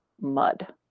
mud